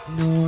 no